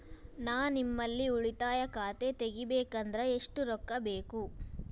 ನಾ ನಿಮ್ಮಲ್ಲಿ ಉಳಿತಾಯ ಖಾತೆ ತೆಗಿಬೇಕಂದ್ರ ಎಷ್ಟು ರೊಕ್ಕ ಬೇಕು?